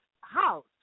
house